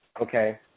okay